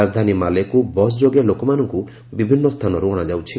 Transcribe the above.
ରାଜଧାନୀ ମାଲେକୁ ବସ୍ ଯୋଗେ ଲୋକମାନଙ୍କୁ ବିଭିନ୍ନ ସ୍ଥାନରୁ ଅଣାଯାଉଛି